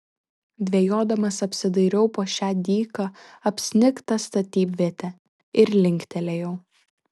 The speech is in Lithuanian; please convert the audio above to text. dvejodamas apsidairiau po šią dyką apsnigtą statybvietę ir linktelėjau